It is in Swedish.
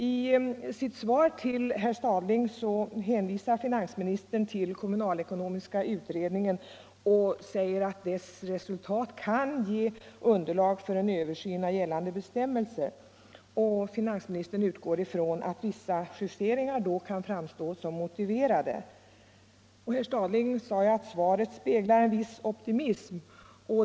I sitt svar till herr Stadling hänvisar finansministern till kommunalekonomiska utredningen och säger att dess resultat kan ge underlag för en översyn av gällande bestämmelser. Finansministern utgår från att vissa justeringar då kan framstå som motiverade. Herr Stadling sade att svaret speglar en viss optimism.